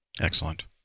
Excellent